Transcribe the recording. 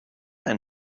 and